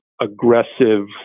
aggressive